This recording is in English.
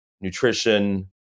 nutrition